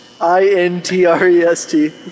I-N-T-R-E-S-T